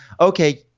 okay